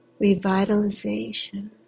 revitalization